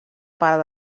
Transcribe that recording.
part